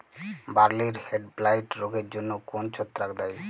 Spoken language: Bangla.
বার্লির হেডব্লাইট রোগের জন্য কোন ছত্রাক দায়ী?